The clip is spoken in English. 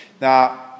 Now